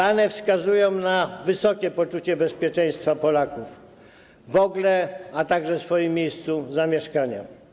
Dane wskazują na wysokie poczucie bezpieczeństwa Polaków: w ogóle, a także w swoim miejscu zamieszkania.